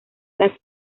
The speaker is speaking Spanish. las